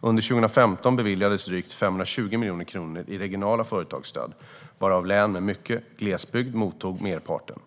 Under 2015 beviljades drygt 520 miljoner kronor i regionala företagsstöd, varav län med mycket glesbygd mottog merparten.